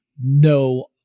no